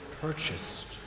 purchased